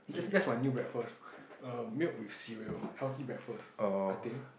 that's that's my new breakfast err milk with cereal healthy breakfast I think